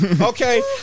okay